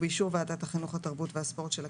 באישור ועדת החינוך התרבות והספורט של הכנסת,